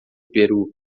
peru